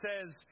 says